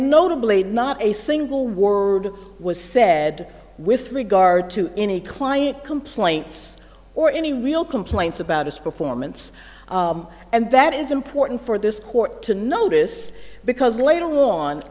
notably not a single word was said with regard to any client complaints or any real complaints about his performance and that is important for this court to notice because later on